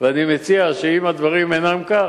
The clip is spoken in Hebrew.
ואני מציע שאם הדברים אינם כך,